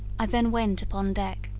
i then went upon deck.